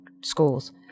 schools